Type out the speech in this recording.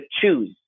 choose